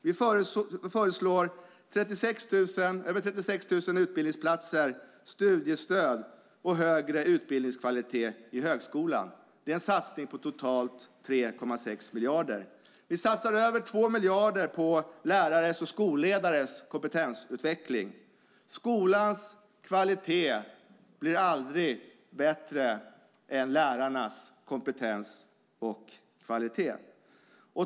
Vi föreslår 36 000 utbildningsplatser, studiestöd och högre utbildningskvalitet i högskolan. Det är en satsning på totalt 3,6 miljarder. Vi satsar över 2 miljarder på lärares och skolledares kompetensutveckling. Skolans kvalitet blir aldrig bättre än lärarnas kompetens och kvalitet.